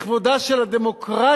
לכבודה של הדמוקרטיה,